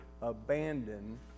abandon